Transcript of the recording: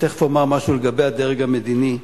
ותיכף אומר משהו לגבי הדרג המדיני,